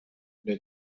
der